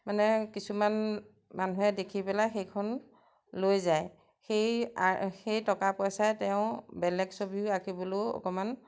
মানে কিছুমান মানুহে দেখি পেলাই সেইখন লৈ যায় সেই সেই টকা পইচাই তেওঁ বেলেগ ছবিও আঁকিবলৈও অকণমান